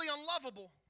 Unlovable